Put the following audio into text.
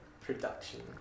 production